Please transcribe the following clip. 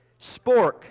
spork